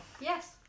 Yes